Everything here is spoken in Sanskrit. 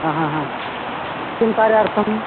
हा हा हा किं कार्यार्थम्